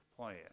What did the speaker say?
plan